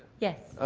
yes